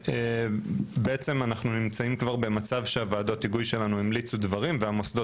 ואנחנו נמצאים במצב שוועדות ההיגוי שלנו המליצו על דברים והמוסדות